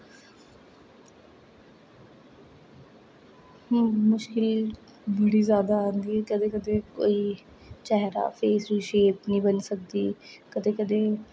हू मुश्किल बड़ी ज्यादा आंदी ऐ कदें कदें कोई चेहरा शेप नेई बनी सकदी कदें कदें